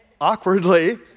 awkwardly